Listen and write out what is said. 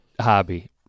hobby